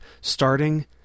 starting